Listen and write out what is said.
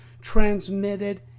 transmitted